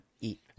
eat